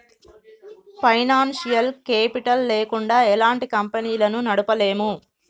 financial capital లేకుండా ఎలాంటి కంపెనీలను నడపలేము